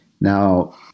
Now